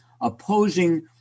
opposing